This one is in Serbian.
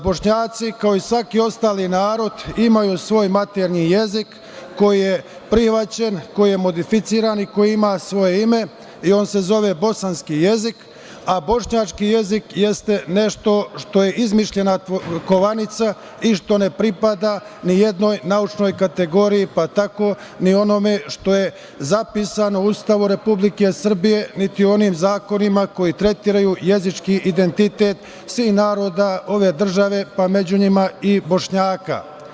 Bošnjaci kao i svaki ostali narod imaju svoj maternji jezik, koji je prihvaćen, koji je modificiran, koji ima svoje ime i on se zove bosanski jezik, a bošnjački jezik jeste nešto što je izmišljena kovanica i što ne pripada nijednoj naučnoj kategoriji, pa tako ni onome što je zapisano u Ustavu Republike Srbije, niti u onim zakonima koji tretiraju jezički identitet svih naroda ove države, pa među njima i Bošnjaka.